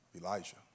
Elijah